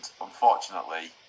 unfortunately